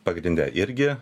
pagrinde irgi